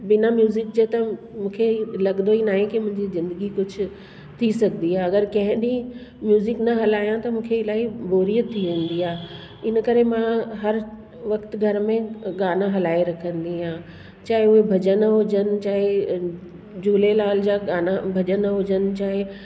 बिना म्यूज़िक जे त मूंखे लॻंदो न आहे की मुंहिंजी ज़िंदगी कुझु थी सघंदी आहे अगरि कंहिं बि म्यूज़िक न हलायां त मूंखे इलाही बोरियत थी वेंदी आहे इन करे मां हर वक़्तु घर में गाना हलाइ रखंदी आहियां चाहे उहे भॼन हुजनि चाहे झूलेलाल जा गाना भॼन हुजनि चाहे